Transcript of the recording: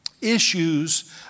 Issues